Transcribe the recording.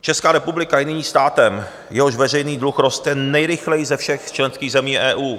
Česká republika je nyní státem, jehož veřejný dluh roste nejrychleji ze všech členských zemí EU.